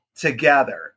together